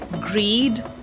greed